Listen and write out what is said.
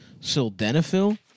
Sildenafil